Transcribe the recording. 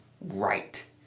right